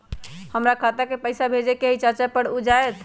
हमरा खाता के पईसा भेजेए के हई चाचा पर ऊ जाएत?